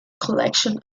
collection